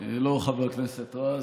חבר הכנסת רז,